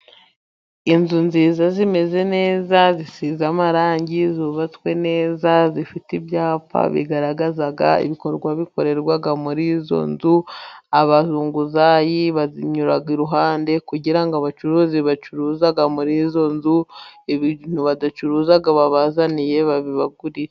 Inzu nziza, zimeze neza, zisize amarangi, zubatswe neza, zifite ibyapa bigaragaza ibikorwa bikorerwa muri izo nzu, abazunguzayi bazinyura iruhande kugira ngo abacuruzi bacuruza muri izo nzu ibintu badacuruza babazaniye babibagurire.